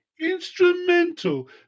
Instrumental